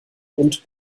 und